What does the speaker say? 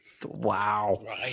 wow